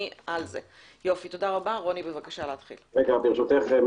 בבקשה, תומר.